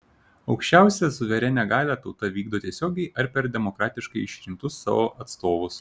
aukščiausią suverenią galią tauta vykdo tiesiogiai ar per demokratiškai išrinktus savo atstovus